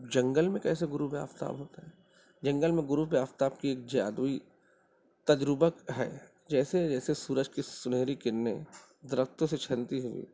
جنگل میں کیسے غروب آفتاب ہوتا ہے جنگل میں غروب آفتاب کی ایک جادوئی تجربہ ہے جیسے جیسے سورج کی سنہری کرنیں درختوں سے چھنتی ہوئی